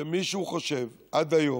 שמישהו חושב עד היום,